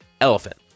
elephant